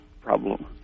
problem